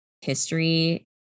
history